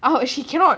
oh she cannot